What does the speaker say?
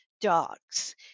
dogs